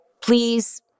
please